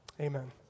Amen